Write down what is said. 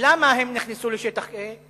למה הם נכנסו לשטח A?